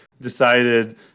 decided